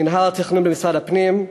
מינהל התכנון במשרד הפנים,